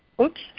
Oops